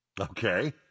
Okay